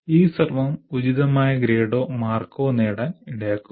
ഈ ശ്രമം ഉചിതമായ ഗ്രേഡോ മാർക്കോ നേടാൻ ഇടയാക്കും